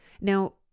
now